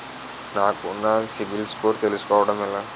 నాకు నా CIBIL score తెలుసుకోవడం ఎలా?